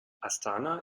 astana